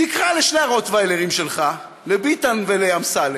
תקרא לשני הרוטוויילרים שלך, לביטן ולאמסלם,